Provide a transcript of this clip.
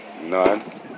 None